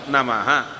Namaha